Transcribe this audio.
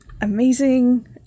amazing